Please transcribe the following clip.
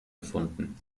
gefunden